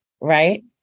right